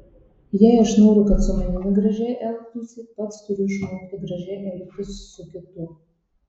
jei aš noriu kad su manimi gražiai elgtųsi pats turiu išmokti gražiai elgtis su kitu